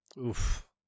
Oof